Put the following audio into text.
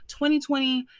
2020